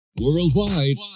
worldwide